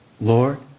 Lord